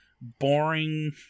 boring